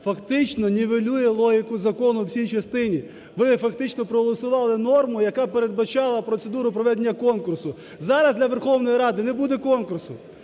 фактично нівелює логіку закону в цій частині. Ви фактично проголосували норму, яка передбачала процедуру проведення конкурсу. Зараз для Верховної Ради не буде конкурсу,